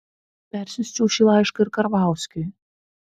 persiųsčiau šį laišką ir karvauskui